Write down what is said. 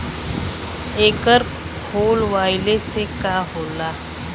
एकर खोलवाइले से का होला?